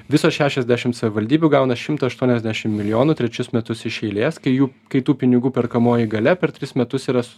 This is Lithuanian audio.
visos šešiasdešim savivaldybių gauna šimtą aštuoniasdešim milijonų trečius metus iš eilės kai jų kai tų pinigų perkamoji galia per tris metus yra